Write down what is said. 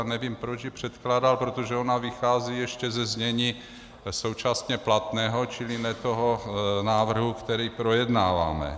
Nevím, proč ji předkládal, protože ona vychází ještě ze znění současně platného, čili ne toho návrhu, který projednáváme.